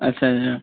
अच्छा अच्छा